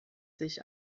sich